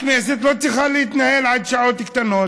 הכנסת לא צריכה להתנהל עד השעות הקטנות,